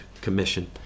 commission